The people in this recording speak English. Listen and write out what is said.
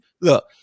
look